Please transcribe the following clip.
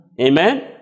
Amen